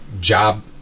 job